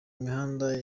mihanda